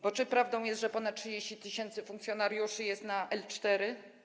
Bo czy prawdą jest, że ponad 30 tys. funkcjonariuszy jest na L4?